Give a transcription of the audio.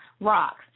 rocks